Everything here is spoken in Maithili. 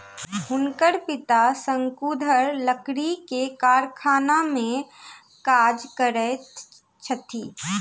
हुनकर पिता शंकुधर लकड़ी के कारखाना में काज करैत छथि